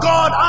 God